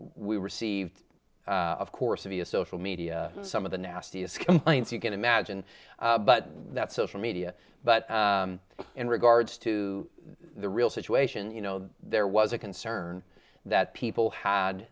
we received of course of your social media some of the nastiest complaints you can imagine but that social media but in regards to the real situation you know there was a concern that people had